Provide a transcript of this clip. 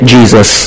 Jesus